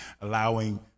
allowing